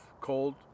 Cold